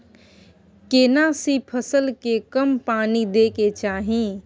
केना सी फसल के कम पानी दैय के चाही?